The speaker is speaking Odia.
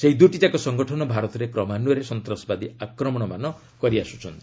ସେହି ଦୁଇଟିଯାକ ସଂଗଠନ ଭାରତରେ କ୍ରମାନ୍ୱୟରେ ସନ୍ତାସବାଦୀ ଆକ୍ରମଣମାନ କରିଆସୁଛନ୍ତି